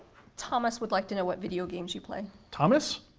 thomas would like to know what video games you play. thomas?